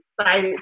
excited